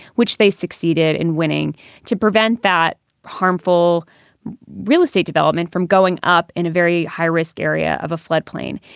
which they succeeded in winning to prevent that harmful real estate development from going up in a very high risk area of a floodplain.